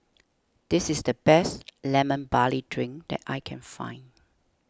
this is the best Lemon Barley Drink that I can find